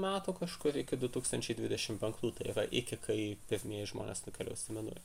metų kažkur iki du tūkstančiai dvidešim penktų tai yra iki kai pirmieji žmonės nukeliaus į mėnulį